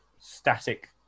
static